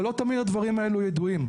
אבל לא תמיד הדברים האלו ידועים.